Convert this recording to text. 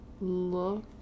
look